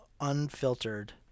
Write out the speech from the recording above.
unfiltered